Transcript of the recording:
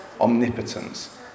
omnipotence